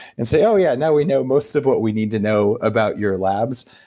and say, oh yeah, now we know most of what we need to know about your labs.